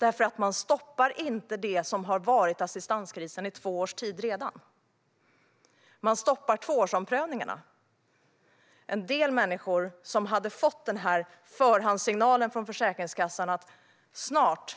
För man stoppar inte det som redan under två års tid har varit en assistanskris, utan det är tvåårsomprövningarna som stoppas. En del människor, som hade fått en förhandssignal från Försäkringskassan om att